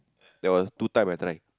there was two time I tried